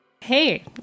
Hey